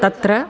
तत्र